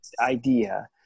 idea